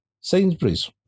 Sainsbury's